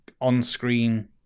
on-screen